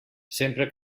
sempre